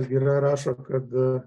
gira rašo kad